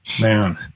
Man